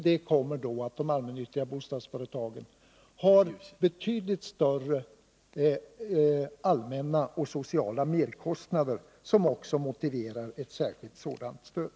De allmännyttiga bostadsföretagen har vidare betydligt större allmänna och sociala merkostnader, som också motiverar ett särskilt sådant stöd.